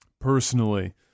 personally